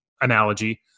analogy